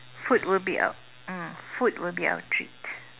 food will be uh um food will be our treat